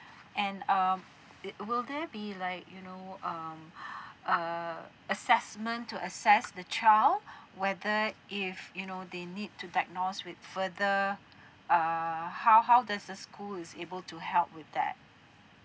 and um it will there be like you know um err assessment to assess the child whether if you know they need to diagnose with further err how how does the school is able to help with that